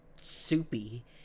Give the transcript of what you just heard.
soupy